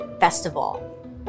festival